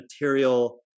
material